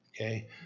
okay